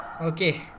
Okay